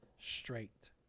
straight